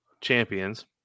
champions